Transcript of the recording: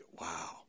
wow